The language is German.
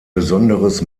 besonderes